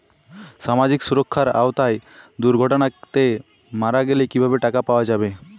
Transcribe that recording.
সামাজিক সুরক্ষার আওতায় দুর্ঘটনাতে মারা গেলে কিভাবে টাকা পাওয়া যাবে?